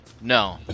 No